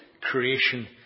creation